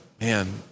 man